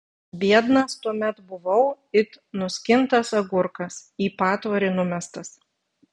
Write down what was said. biednas tuomet buvau it nuskintas agurkas į patvorį numestas